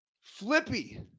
flippy